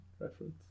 reference